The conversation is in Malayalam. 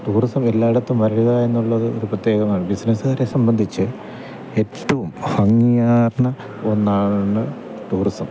ടൂറിസം എല്ലായിടത്തും വരികയെന്നുള്ളത് ഒരു പ്രത്യേകമാണ് ബിസിനസ്സുകാരെ സംബന്ധിച്ച് ഏറ്റവും ഭംഗിയാർന്ന ഒന്നാണ് ടൂറിസം